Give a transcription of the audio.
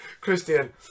Christian